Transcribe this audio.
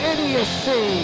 Idiocy